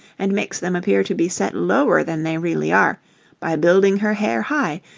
and makes them appear to be set lower than they really are by building her hair high,